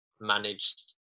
managed